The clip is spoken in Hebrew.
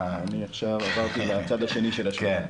--- עכשיו עברתי לצד השני של השולחן.